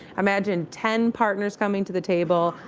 imagine ten partners coming to the table.